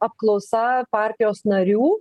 apklausa partijos narių